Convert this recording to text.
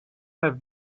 have